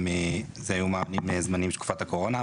זה היו מענים זמניים של תקופת הקורונה.